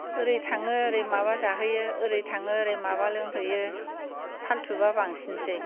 ओरै थाङो ओरै माबा जाहोयो ओरै थाङो ओरै माबा लोंहोयो फाल्थुबा बांसिनसै